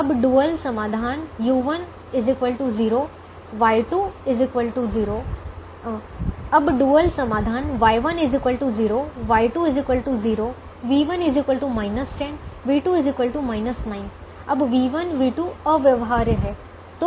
अब डुअल समाधान Y1 0 Y2 0 v1 10 v2 9 अब v1 v2 अव्यवहार्य हैं